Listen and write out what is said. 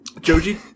joji